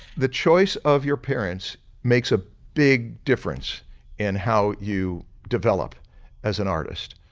the choice of your parents makes a big difference in how you develop as an artist.